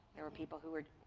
there were people who were,